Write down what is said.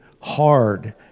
hard